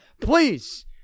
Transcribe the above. Please